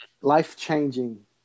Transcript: life-changing